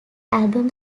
album